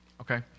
okay